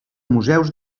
museus